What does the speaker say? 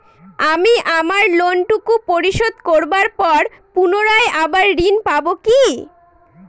আমি আমার লোন টুকু পরিশোধ করবার পর পুনরায় আবার ঋণ পাবো কি?